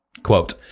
Quote